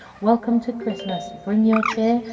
welcome to christmas. bring your cheer,